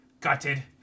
gutted